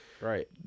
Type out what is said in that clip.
Right